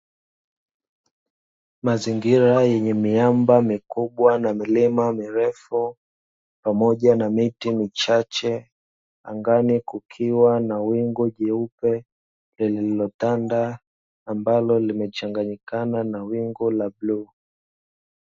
Mazingira yenye miamba mikubwa na milima mirefu pamoja na miti michache angani, kukiwa na wingu jeupe lililotanda ambalo limechanganyikana na wingu la bluu.